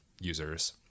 users